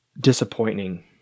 disappointing